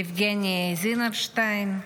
יבגני זינרשיין,